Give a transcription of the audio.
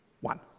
One